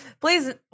please